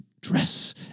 dress